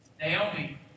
Naomi